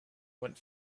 went